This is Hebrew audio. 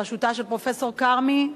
בראשותה של פרופסור כרמי,